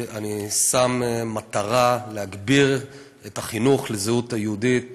אני שם מטרה להגביר את החינוך לזהות יהודית